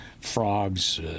frogs